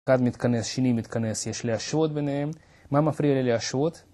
אחד מתכנס, שני מתכנס, יש להשוות ביניהם, מה מפריע לי להשוות?